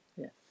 Yes